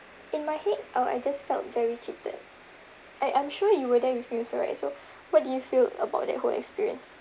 in my head oh I just felt very cheated I I'm sure you were there with me also right so what do you feel about that whole experience